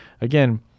again